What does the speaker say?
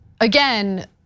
again